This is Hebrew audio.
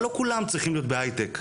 אבל לא כולם צריכים להיות בהייטק,